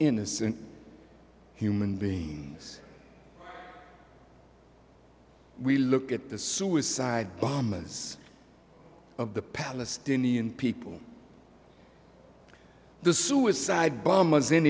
innocent human beings we look at the suicide bombers of the palestinian people the suicide bombers in